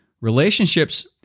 relationships